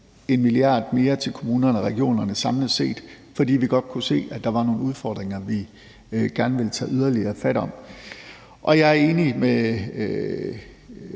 1 mia. kr. mere til kommunerne og regionerne samlet set, fordi vi godt kunne se, at der var nogle udfordringer, vi gerne ville tage yderligere fat om. Jeg er enig med